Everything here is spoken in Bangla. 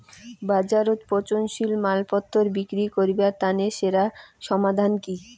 বাজারত পচনশীল মালপত্তর বিক্রি করিবার তানে সেরা সমাধান কি?